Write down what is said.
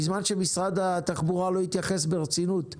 יש ציוניות דתית.